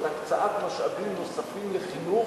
את הקצאת משאבים נוספים לחינוך,